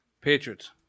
Patriots